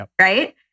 right